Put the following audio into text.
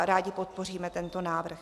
Rádi podpoříme tento návrh.